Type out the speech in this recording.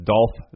Dolph